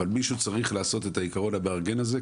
אבל מישהו צריך לעשות את העקרון המארגן הזה,